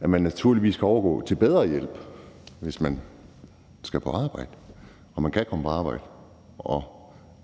at man naturligvis kan overgå til bedre hjælp, hvis man skal på arbejde og man kan komme på arbejde, og